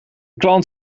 klant